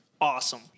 awesome